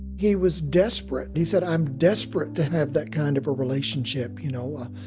he was desperate. he said, i'm desperate to have that kind of a relationship. you know, a